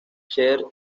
cher